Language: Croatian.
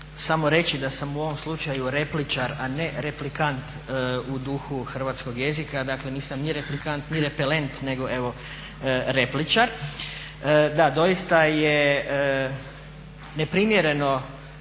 samo reći da sam u ovom slučaju repličar, a ne replikant u duhu hrvatskog jezika. Dakle, nisam ni replikant ni repelent nego evo repličar. Da, doista je neprimjereno